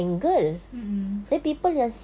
mm mm